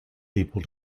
people